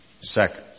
second